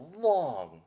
long